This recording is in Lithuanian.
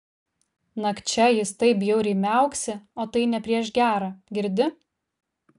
nakčia jis taip bjauriai miauksi o tai ne prieš gera girdi